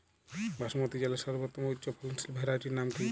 বাসমতী চালের সর্বোত্তম উচ্চ ফলনশীল ভ্যারাইটির নাম কি?